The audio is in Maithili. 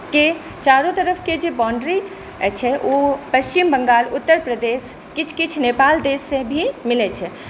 के चारू तरफके जे बाउन्ड्री छै ओ पच्छिम बङ्गाल उत्तर प्रदेश किछु किछु नेपाल देससँ भी मिलै छै